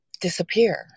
disappear